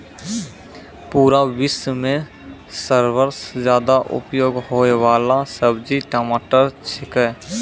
पूरा विश्व मॅ सबसॅ ज्यादा उपयोग होयवाला सब्जी टमाटर छेकै